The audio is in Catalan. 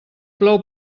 plou